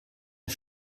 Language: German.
der